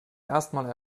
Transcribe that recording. erstmal